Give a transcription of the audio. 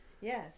Yes